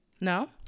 no